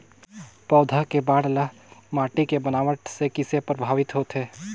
पौधा के बाढ़ ल माटी के बनावट से किसे प्रभावित होथे?